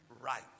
right